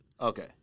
Okay